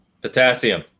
Potassium